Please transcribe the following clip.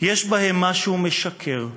יש בהם משהו משקר,